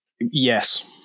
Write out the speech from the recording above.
Yes